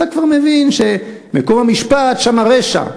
אתה כבר מבין שמקום המשפט שם הרשע.